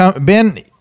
Ben